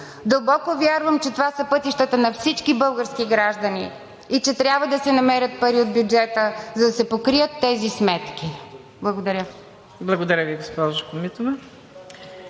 Дълбоко вярвам, че това са пътищата на всички български граждани и че трябва да се намерят пари от бюджета, за да се покрият тези сметки. Благодаря. ПРЕДСЕДАТЕЛ МУКАДДЕС